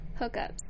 hookups